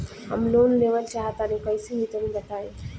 हम लोन लेवल चाहऽ तनि कइसे होई तनि बताई?